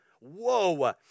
Whoa